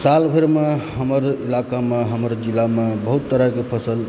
साल भरिमे हमर इलाकामे हमर जिलामे बहुत तरहके फसल